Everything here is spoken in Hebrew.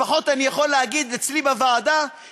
לפחות אני יכול להגיד אצלי בוועדה,